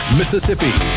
mississippi